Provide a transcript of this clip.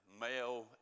male